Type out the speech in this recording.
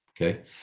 okay